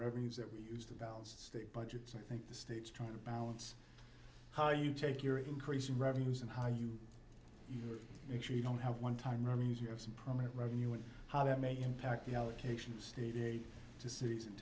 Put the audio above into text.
revenues that we used about state budgets and i think the states trying to balance how you take your increasing revenues and how you make sure you don't have one time or means you have some prominent revenue and how that may impact the allocation of state aid to cities and